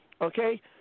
Okay